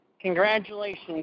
congratulations